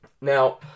Now